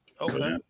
Okay